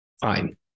Fine